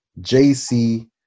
JC